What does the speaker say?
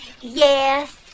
Yes